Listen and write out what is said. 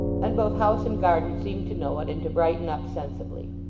and both house and garden seemed to know it, and to brighten up sensibly.